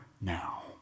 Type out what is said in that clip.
now